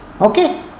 Okay